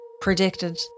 predicted